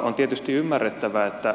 on tietysti ymmärrettävää että